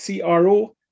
CRO